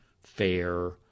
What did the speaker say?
fair